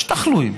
יש תחלואים,